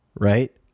right